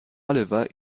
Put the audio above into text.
oliver